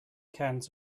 cans